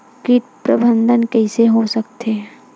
कीट प्रबंधन कइसे हो सकथे?